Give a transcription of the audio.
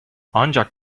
ancak